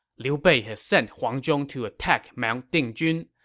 liu bei has sent huang zhong to attack mount dingjun,